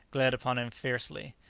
glared upon him fiercely.